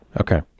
okay